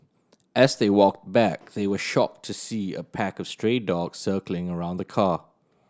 as they walked back they were shocked to see a pack of stray dogs circling around the car